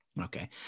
Okay